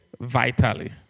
vitally